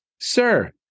Sir